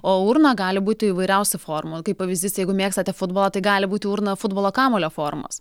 o urna gali būti įvairiausių formų kaip pavyzdys jeigu mėgstate futbolą tai gali būti urna futbolo kamuolio formos